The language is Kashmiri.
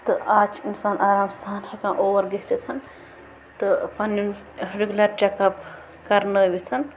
تہٕ آز چھِ اِنسان آرام سان ہٮ۪کان اور گٔژھِتھ تہٕ پنٛنٮ۪ن رِگیوٗلَر چَک اَپ کَرنٲوِتھ